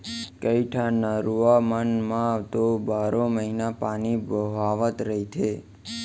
कइठन नरूवा मन म तो बारो महिना पानी बोहावत रहिथे